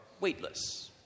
weightless